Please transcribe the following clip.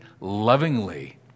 lovingly